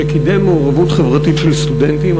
שקידם מעורבות חברתית של סטודנטים.